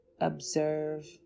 observe